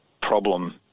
problem